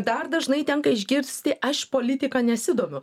dar dažnai tenka išgirsti aš politika nesidomiu